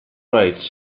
rights